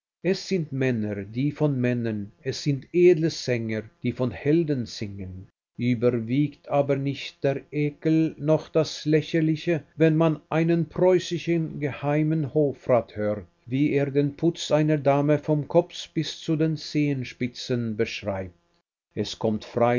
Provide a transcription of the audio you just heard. es sind männer die von männern es sind edle sänger die von helden singen überwiegt aber nicht der ekel noch das lächerliche wenn man einen preußischen geheimen hofrat hört wie er den putz einer dame vom kopf bis zu den zehenspitzen beschreibt es kommt